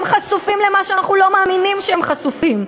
הם חשופים למה שאנחנו לא מאמינים שהם חשופים,